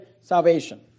salvation